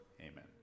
amen